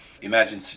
imagine